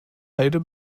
halde